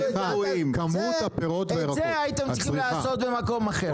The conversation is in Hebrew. כמות הפירות והירקות --- את זה הייתם צריכים לעשות במקום אחר,